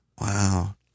Wow